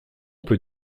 peut